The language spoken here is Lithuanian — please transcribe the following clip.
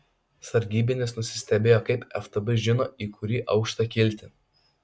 sargybinis nusistebėjo kaip ftb žino į kurį aukštą kilti